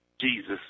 Jesus